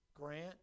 Grant